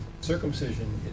circumcision